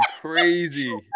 crazy